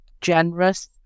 generous